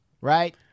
right